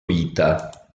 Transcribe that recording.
vita